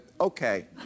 okay